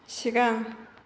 सिगां